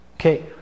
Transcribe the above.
okay